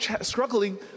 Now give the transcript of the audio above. struggling